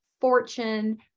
fortune